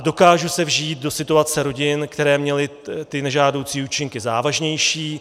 Dokážu se vžít do situace rodin, které měly ty nežádoucí účinky závažnější.